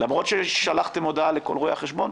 למרות ששלחתם הודעה לכל רואי החשבון,